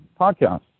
podcast